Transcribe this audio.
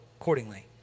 accordingly